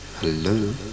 Hello